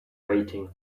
waiting